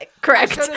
correct